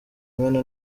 imena